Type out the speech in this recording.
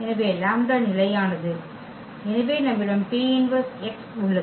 எனவே லாம்ப்டா நிலையானது எனவே நம்மிடம் P−1 x உள்ளது